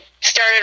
started